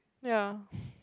ya